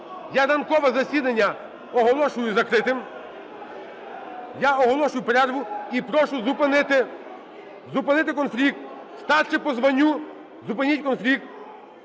Я ранкове засідання оголошую закритим. Я оголошую перерву. І прошу зупинити, зупинити конфлікт. Старший по званню, зупиніть конфлікт.